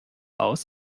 aus